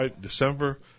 December